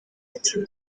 ati